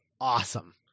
awesome